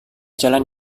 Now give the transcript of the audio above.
jalan